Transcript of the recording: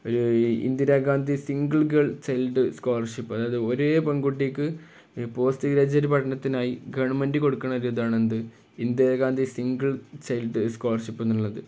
ഒരു Indira Gandhi single girl child scholarship അതായത് ഒരേ പെൺകുട്ടിക്ക് പോസ്റ്റ് ഗ്രാജുവേറ്റ് പഠനത്തിനായി ഗവൺമെൻറ് കൊടുക്കുന്ന ഒരു ഇതാണ് എന്ത് ഇന്ദിരാഗാന്ധി സിംഗിൾ ചൈൽഡ് സ്കോളർഷിപ്പ് എന്നുള്ളത്